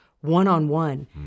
one-on-one